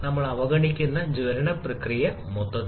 അപ്പോൾ നമ്മൾ അവഗണിക്കുകയാണ് ജ്വലന പ്രക്രിയ മൊത്തത്തിൽ